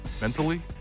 mentally